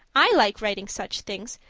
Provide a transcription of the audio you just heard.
i like writing such things,